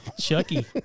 Chucky